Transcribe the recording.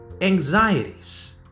anxieties